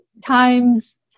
times